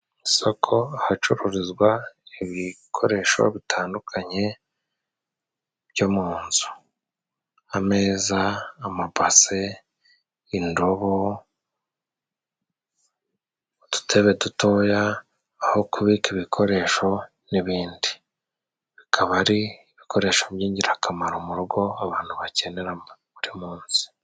Isoko ahacuruzwa ibikoresho bitandukanye byo mu nzu ameza, amabase, indobo, udutebe dutoya, aho kubika ibikoresho n'ibindi...bikaba ari ibikoresho by'ingirakamaro mu rugo abantu bakenera buri munsi.